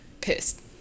pissed